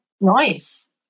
Nice